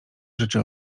rzeczy